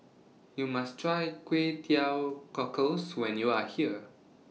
YOU must Try Kway Teow Cockles when YOU Are here